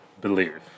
believe